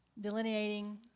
delineating